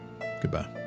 goodbye